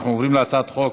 אנחנו עוברים להצעת חוק